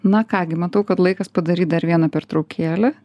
na ką gi matau kad laikas padaryt dar vieną pertraukėlę